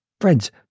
friends